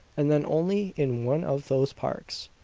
and then only in one of those parks.